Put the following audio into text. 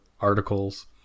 articles